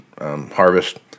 harvest